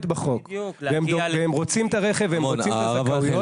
בחוק והם רוצים את הרכב והם רוצים את הזכאויות.